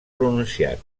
pronunciat